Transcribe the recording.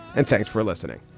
and thanks for listening